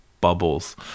bubbles